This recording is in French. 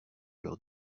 leur